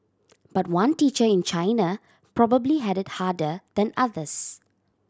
but one teacher in China probably had it harder than others